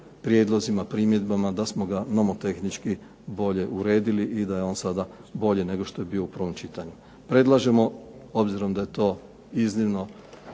prijedlozima, primjedbama da smo ga nomotehnički bolje uredili i da je on sada bolji nego što je bio u prvom čitanju. Predlažemo, obzirom da je to iznimno